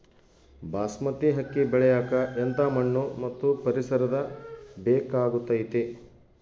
ಬಾಸ್ಮತಿ ಅಕ್ಕಿ ಬೆಳಿಯಕ ಎಂಥ ಮಣ್ಣು ಮತ್ತು ಪರಿಸರದ ಬೇಕಾಗುತೈತೆ?